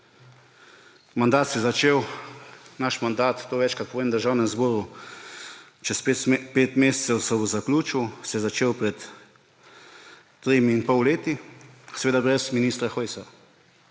Mandat se je začel, naš mandat – to večkrat povem v državnem zboru, čez pet mesecev se bo zaključil – se začel pred tremi leti in pol, seveda brez ministra Hojsa.